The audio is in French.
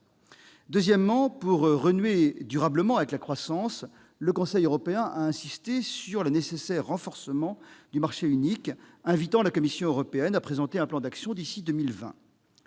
Ensuite, pour renouer durablement avec la croissance, le Conseil européen a insisté sur le nécessaire renforcement du marché unique, invitant la Commission européenne à présenter un plan d'action d'ici à 2020.